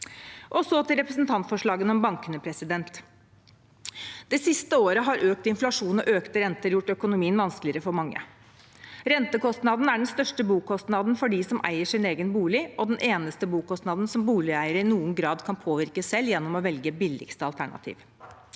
Så til representantforslagene om bankene: Det siste året har økt inflasjon og økte renter gjort økonomien vanskeligere for mange. Rentekostnadene er den største bokostnaden for dem som eier sin egen bolig, og den eneste bokostnaden som boligeiere i noen grad kan påvirke selv, gjennom å velge billigste alternativ.